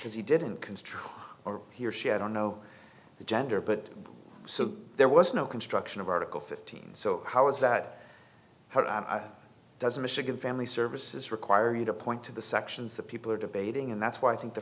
because he didn't construe or he or she had don't know the gender but so there was no construction of article fifteen so how is that doesn't michigan family services require you to point to the sections that people are debating and that's why i think the